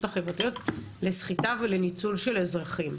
החברתיות לסחיטה ולניצול של אזרחים.